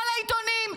כל העיתונים,